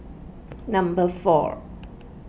number four